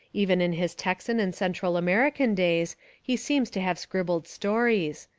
even in his texan and central american days he seems to have scribbled stories.